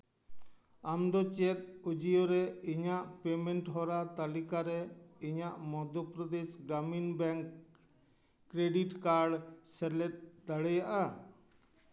ᱟᱢ ᱫᱚ ᱪᱮᱫ ᱚᱡᱤᱭᱳ ᱨᱮ ᱟᱢᱟᱜ ᱯᱮᱢᱮᱱᱴᱦᱚᱨᱟ ᱛᱟᱹᱞᱤᱠᱟᱨᱮ ᱤᱧᱟᱹᱜ Madhya Pradesh Gramin bank credit card ᱥᱮᱞᱮᱫ ᱫᱟᱲᱮᱭᱟᱜᱼᱟ